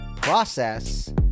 process